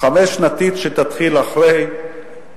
חמש-שנתית שתתחיל אחרי